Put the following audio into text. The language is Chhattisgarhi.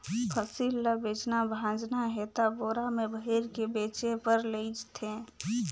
फसिल ल बेचना भाजना हे त बोरा में भइर के बेचें बर लेइज थें